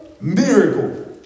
Miracle